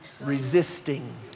resisting